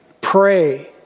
Pray